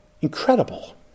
incredible